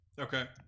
Okay